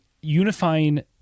unifying